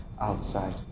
outside